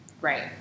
Right